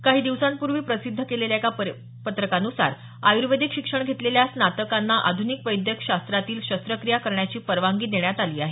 काही दिवसांपूर्वी प्रसिद्ध केलेल्या एका परिपत्रकानुसार आयूर्वेदिक शिक्षण घेतलेल्या स्नातकांना आधुनिक वैद्यक शास्त्रातील शस्त्रक्रिया करण्याची परवानगी देण्यात आली आहे